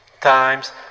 times